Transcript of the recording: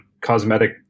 cosmetic